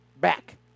back